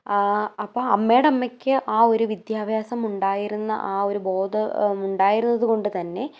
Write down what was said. ആ അപ്പോൾ അമ്മയുടെ അമ്മക്ക് ആ ഒരു വിദ്യാഭ്യാസം ഉണ്ടായിരുന്ന ആ ഒരു ബോധം ഉണ്ടായിരുന്നതു കൊണ്ടു തന്നെ